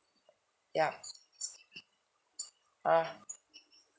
ya uh